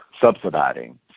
subsidizing